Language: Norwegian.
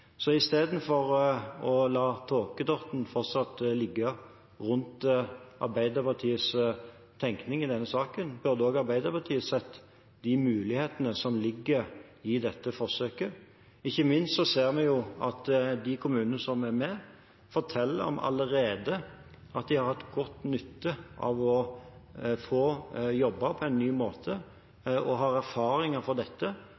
å la tåkedotten fortsatt ligge rundt Arbeiderpartiets tenkning i denne saken, burde også Arbeiderpartiet sett de mulighetene som ligger i dette forsøket. Ikke minst ser vi at de kommunene som er med, forteller – allerede – at de har hatt god nytte av å få jobbe på en ny måte, og har erfaringer fra dette